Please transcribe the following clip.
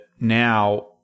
now-